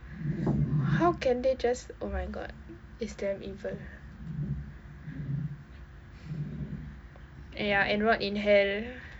how can they just oh my god it's damn evil ya and rot in hell